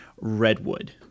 redwood